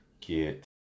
get